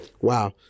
Wow